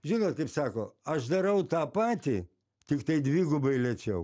žinot kaip sako aš darau tą patį tik tai dvigubai lėčiau